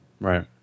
Right